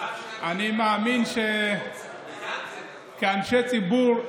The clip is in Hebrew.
אני מאמין שכאנשי ציבור,